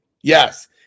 Yes